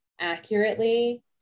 accurately